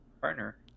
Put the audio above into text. partner